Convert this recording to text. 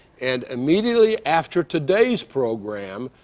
and immediately after today's program,